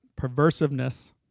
perversiveness